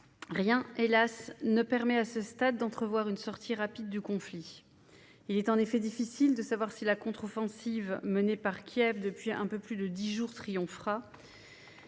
Rien, hélas, ne permet à ce stade d'entrevoir une sortie rapide du conflit. Il est en effet difficile de savoir si la contre-offensive menée par Kiev depuis un peu plus de dix jours triomphera.